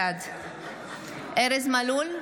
בעד ארז מלול,